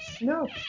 No